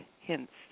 hints